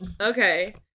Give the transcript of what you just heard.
Okay